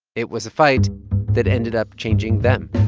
it was a fight that ended up changing them